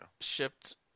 shipped